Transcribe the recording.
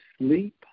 sleep